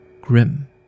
grim